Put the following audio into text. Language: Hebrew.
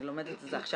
אני לומדת את זה עכשיו,